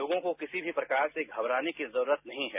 लोगों को किसी भी प्रकार से घबराने की जरूरत नहीं है